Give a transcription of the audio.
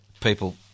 people